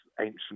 ancient